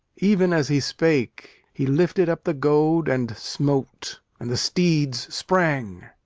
even as he spake, he lifted up the goad and smote and the steeds sprang.